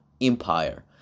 Empire